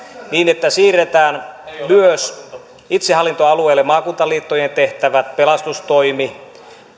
niin että siirretään myös itsehallintoalueille maakuntaliittojen tehtävät pelastustoimi